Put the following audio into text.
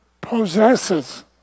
possesses